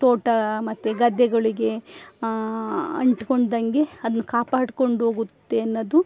ತೋಟ ಮತ್ತು ಗದ್ದೆಗಳಿಗೆ ಅಂಟಿಕೊಳ್ದಂಗೆ ಅದು ಕಾಪಾಡ್ಕೊಂಡು ಹೋಗುತ್ತೆ ಅನ್ನೋದು